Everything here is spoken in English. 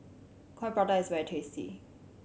Coin Prata is very tasty